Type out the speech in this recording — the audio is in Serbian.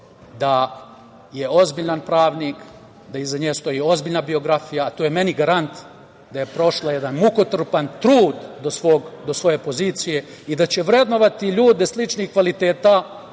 da je ozbiljan pravnik, da iza nje stoji ozbiljna biografija. To je meni garant da je prošla jedan mukotrpan trud do svoje pozicije i da će vrednovati ljude sličnih kvaliteta.